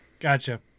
Gotcha